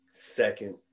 Second